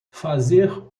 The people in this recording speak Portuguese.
fazer